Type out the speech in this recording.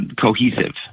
cohesive